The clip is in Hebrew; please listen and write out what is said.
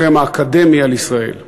לחרם האקדמי על ישראל.